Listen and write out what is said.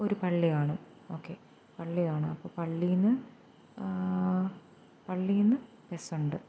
ഒരു പള്ളി കാണും ഓക്കേ പള്ളി കാണും അപ്പം പള്ളിയിൽ നിന്ന് പള്ളിയിൽ നിന്ന് ബസ്സുണ്ട്